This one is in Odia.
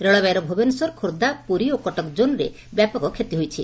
ରେଳବାଇର ଭୁବନେଶ୍ୱର ଖୋର୍ଦ୍ଧା ପୁରୀ ଓ କଟକ ଜୋନରେ ବ୍ୟାପକ କ୍ଷତି ହୋଇଛି